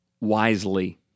wisely